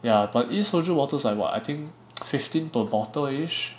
ya but each soju bottle is like what I think fifteen per bottle ish